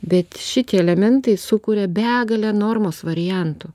bet šitie elementai sukuria begalę normos variantų